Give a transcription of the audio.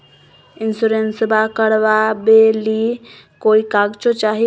इंसोरेंसबा करबा बे ली कोई कागजों चाही?